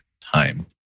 time